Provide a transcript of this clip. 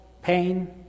pain